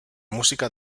música